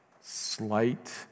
Slight